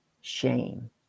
shame